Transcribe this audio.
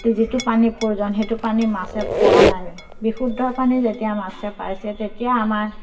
যিটো পানীৰ প্ৰয়োজন সেইটো পানী মাছে পোৱা নাই বিশুদ্ধ পানী যেতিয়া মাছে পাইছে তেতিয়া আমাৰ